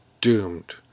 doomed